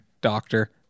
Doctor